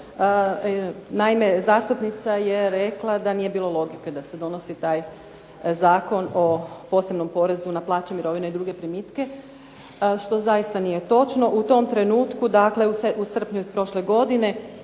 naime zastupnica je rekla da nije bilo logike da se donosi taj Zakon o posebnom porezu na plaće, mirovine i druge primitke što zaista nije točno. U tom trenutku, dakle u srpnju prošle godine,